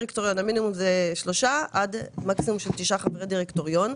המינימום עד מקסימום של 9 חברי דירקטוריון.